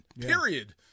period